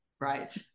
Right